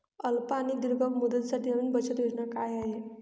अल्प आणि दीर्घ मुदतीसाठी नवी बचत योजना काय आहे?